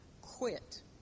quit